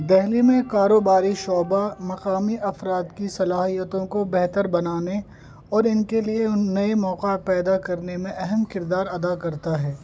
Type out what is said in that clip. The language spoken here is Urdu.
دہلی میں کاروباری شعبہ مقامی افراد کی صلاحیتوں کو بہتر بنانے اور ان کے لیے ان نئے موقع پیدا کرنے میں اہم کردار ادا کرتا ہے